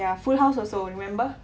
ya full house also remember